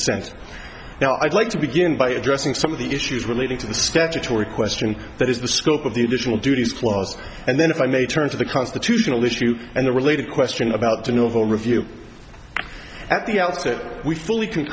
consent now i'd like to begin by addressing some of the issues relating to the statutory question that is the scope of the additional duties clause and then if i may turn to the constitutional issue and the related question about the novo review at the outset we fully c